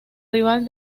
rival